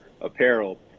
Apparel